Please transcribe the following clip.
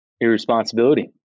irresponsibility